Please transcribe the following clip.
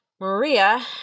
Maria